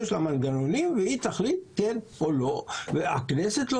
יש לה מנגנונים והיא תחליט כן או לא והכנסת לא